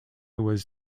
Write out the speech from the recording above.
was